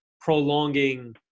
prolonging